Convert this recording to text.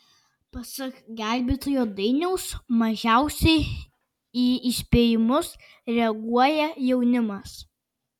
pasak gelbėtojo dainiaus mažiausiai į įspėjimus reaguoja jaunimas